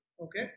Okay